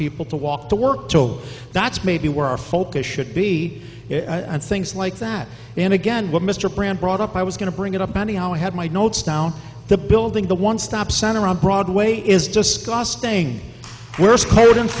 people to walk to work though that's maybe where our focus should be and things like that and again what mr brand brought up i was going to bring it up anyhow i had my notes down the building the one stop center on broadway is disgusting we're